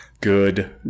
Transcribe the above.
Good